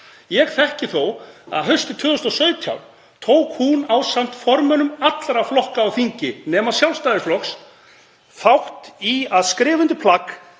Ég þekki þó að haustið 2017 tók hún, ásamt formönnum allra flokka á þingi nema Sjálfstæðisflokks, þátt í að skrifa undir plagg